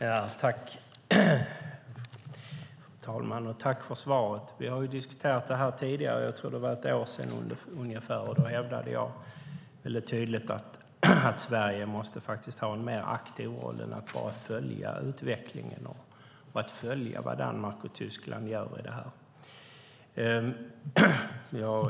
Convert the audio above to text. Fru talman! Tack för svaret! Vi har diskuterat det här tidigare, jag tror att det var för ungefär ett år sedan. Då hävdade jag väldigt tydligt att Sverige måste ha en mer aktiv roll än att bara följa utvecklingen och följa vad Danmark och Tyskland gör i det här.